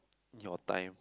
your time